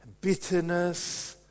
bitterness